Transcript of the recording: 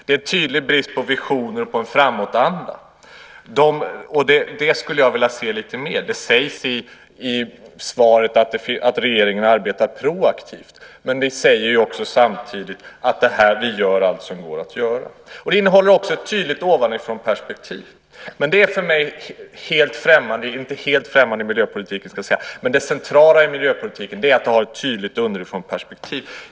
Det är en tydlig brist på de visioner och den framåtanda som jag skulle vilja se lite mer av. Det sägs i svaret att regeringen arbetar proaktivt, men samtidigt säger ni att ni gör allt som går att göra. Vidare innehåller svaret ett tydligt ovanifrånperspektiv. Det är för mig inte helt främmande i miljöpolitiken, men det centrala i miljöpolitiken är att ha ett tydligt underifrånperspektiv.